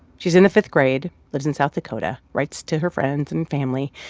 she's in the fifth grade, lives in south dakota, writes to her friends and family.